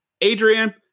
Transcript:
Adrian